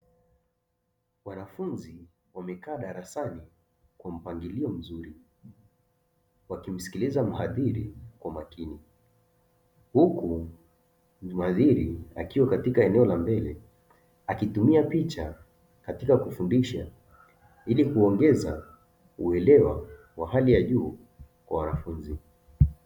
Wanafunzi wamekaa darasani kwa mpangilio mzuri wakimsikiliza mhadhiri kwa makini, huku mhadhiri akiwa katika eneo la mbele akitumia picha katika kufundisha ili kuongeza uelewa wa hali ya juu kwa wanafunzi.